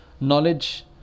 knowledge